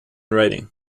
writing